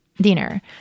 dinner